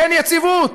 אין יציבות.